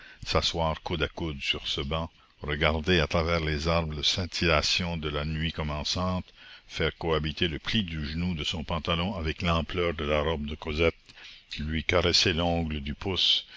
s'asseoir coude à coude sur ce banc regarder à travers les arbres la scintillation de la nuit commençante faire cohabiter le pli du genou de son pantalon avec l'ampleur de la robe de cosette lui caresser l'ongle du pouce